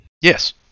Yes